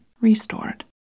restored